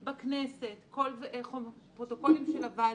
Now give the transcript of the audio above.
שנאמרו כאן על ידי אנשים שכוונתם לגמרי